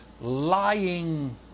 lying